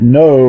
no